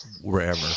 wherever